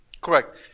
Correct